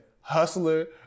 Hustler